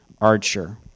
archer